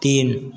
तीन